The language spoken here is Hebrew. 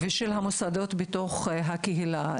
ושל המוסדות בתוך הקהילה,